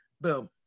boom